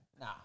nah